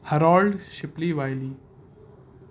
Harold Shipley Wiley